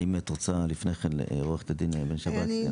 האם את רוצה לפני כן, עורכת הדין בן שבת להתמקד?